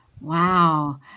Wow